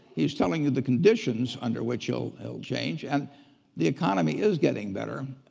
he's telling you the conditions under which he'll he'll change. and the economy is getting better.